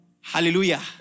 Hallelujah